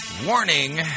Warning